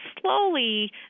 slowly